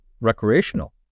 recreational